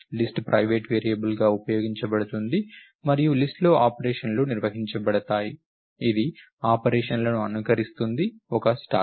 list private వేరియబుల్గా ఉపయోగించబడుతుంది మరియు లిస్ట్ లో ఆపరేషన్లు నిర్వహించబడతాయి ఇది ఆపరేషన్లను అనుకరిస్తుంది ఒక స్టాక్